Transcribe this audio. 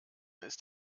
ist